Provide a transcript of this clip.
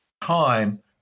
time